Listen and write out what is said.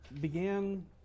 began